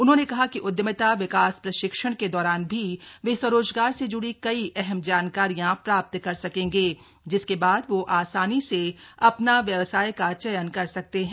उन्होंने कहा कि उद्यमिता विकास प्रशिक्षण के दौरान भी वे स्वरोजगार से जुड़ी कई अहम जानकारियाँ प्राप्त कर सकेंगे जिसके बाद वह आसानी से अपना व्यवसाय का चयन कर सकते हैं